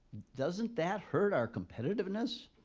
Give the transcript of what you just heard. doesn't that hurt our competitiveness?